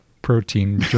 protein